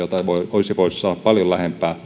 olisi voinut saada paljon lähempää